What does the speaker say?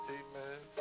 amen